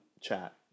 chat